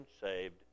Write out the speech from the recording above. saved